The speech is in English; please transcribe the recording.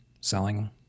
selling